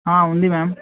ఉంది మ్యామ్